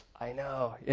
i know!